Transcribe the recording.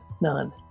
none